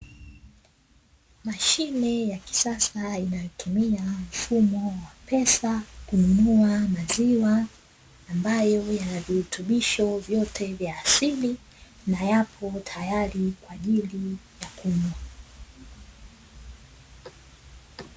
Mashine ya kisasa inayotumia mfumo wa pesa kununua maziwa ambayo yana virutubisho vyote vya asili na yapo tayari kwa ajili ya kunywa.